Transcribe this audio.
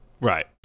Right